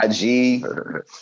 IG